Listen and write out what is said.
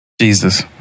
Jesus